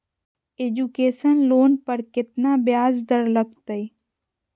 Education loan पर केतना ब्याज दर लगतई?